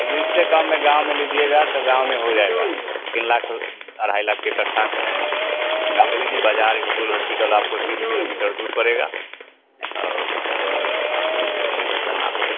लेकिन इससे कम में गाँव में लीजिएगा तो गाँव में हो जाएगा तीन लाख अढ़ाई लाख एकट्ठा में गाँव में ले लीजिए बाज़ार इस्कूल हॉस्पिटल आपको तीन किलोमीटर दूर पड़ेगा वह उसको आपको लेकर चलना होगा